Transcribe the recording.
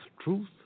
truth